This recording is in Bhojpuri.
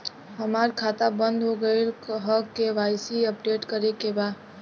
हमार खाता बंद हो गईल ह के.वाइ.सी अपडेट करे के बा?